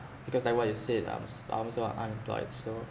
because like what you said I'm s~ I'm also unemployed so